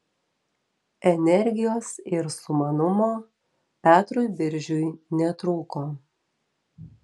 energijos ir sumanumo petrui biržiui netrūko